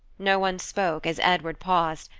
no one spoke as edward paused,